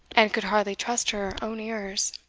and could hardly trust her own ears.